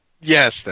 Yes